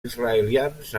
israelians